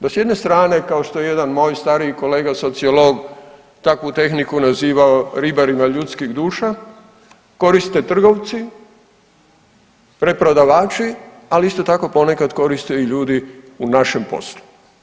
Da s jedne strane, kao što je jedan moj stariji kolega sociolog takvu tehnikama nazivao ribarima ljudskih duša, koriste trgovci, preprodavači, ali isto tako, ponekad koriste i ljudi u našem poslu.